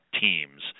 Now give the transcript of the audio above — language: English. teams